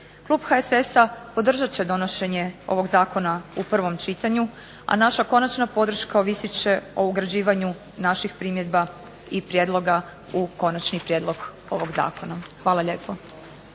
Klub HSS-a podržat će donošenje ovog zakona u prvom čitanju, a naša konačna podrška ovisit će o ugrađivanju naših primjedba i prijedloga u konačni prijedlog ovog zakona. Hvala lijepo.